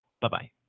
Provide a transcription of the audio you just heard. Bye-bye